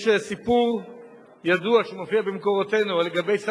יש סיפור ידוע שמופיע במקורותינו לגבי סנהדרין,